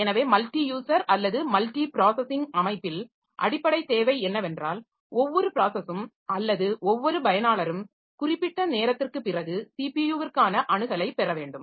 எனவே மல்டியூசர் அல்லது multi processing அமைப்பில் அடிப்படை தேவை என்னவென்றால் ஒவ்வொரு ப்ராஸஸும் அல்லது ஒவ்வொரு பயனாளரும் குறிப்பிட்ட நேரத்திற்குப் பிறகு ஸிபியுவிற்க்கான அணுகலைப் பெற வேண்டும்